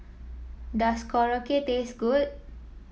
does Korokke taste good